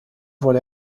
wurde